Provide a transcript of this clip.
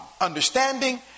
understanding